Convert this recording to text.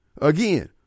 Again